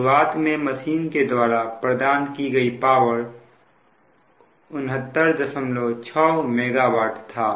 शुरुआत में मशीन के द्वारा प्रदान की गई पावर 696 MW था